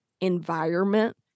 environment